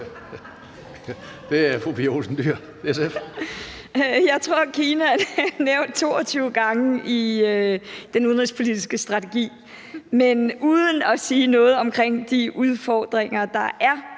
Pia Olsen Dyhr (SF): Jeg tror, Kina er nævnt 22 gange i den udenrigspolitiske strategi, men uden at der siges noget omkring de udfordringer, der er